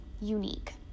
unique